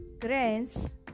grains